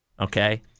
okay